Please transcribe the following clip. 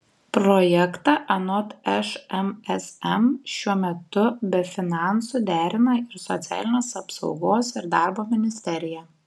projektą anot šmsm šiuo metu be finansų derina ir socialinės apsaugos ir darbo ministerija